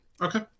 okay